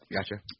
Gotcha